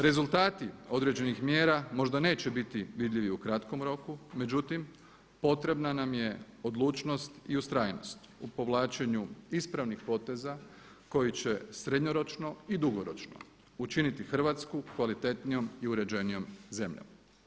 Rezultati određenih mjera možda neće biti vidljivi u kratkom roku međutim, potrebna nam je odlučnost i ustrajnost u povlačenju ispravnih poteza koji će srednjoročno i dugoročno učiniti Hrvatsku kvalitetnijom i uređenijom zemljom.